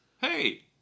Hey